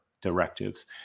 Directives